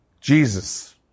Jesus